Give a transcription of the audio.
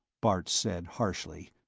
bart said, harshly,